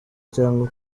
cyangwa